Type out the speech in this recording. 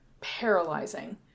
paralyzing